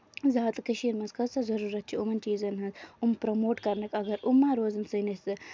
زیادٕ کٔشیٖر منٛز کۭژاہ ضروٗرت چھےٚ یِمَن چیٖزَن ۂنز یِم پرموٹ کرنٕکۍ اَگر یِم مہ روزَن سٲنِس